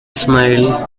smile